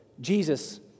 Jesus